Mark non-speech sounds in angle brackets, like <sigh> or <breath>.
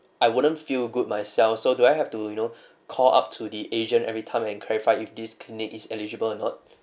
I wouldn't feel good myself so do I have to you know <breath> call up to the agent every time and clarify if this clinic is eligible or not